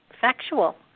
factual